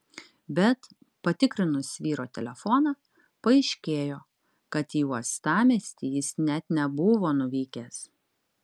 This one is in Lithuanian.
bet patikrinus vyro telefoną paaiškėjo kad į uostamiestį jis net nebuvo nuvykęs